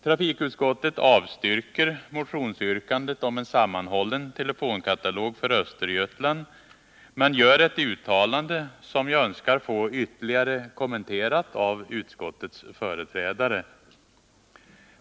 Trafikutskottet avstyrker motionsyrkandet om en sammanhållen telefonkatalog för Östergötland men gör ett uttalande som jag önskar få ytterligare kommenterat av utskottets företrädare.